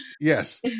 Yes